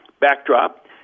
backdrop